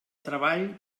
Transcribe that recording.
treball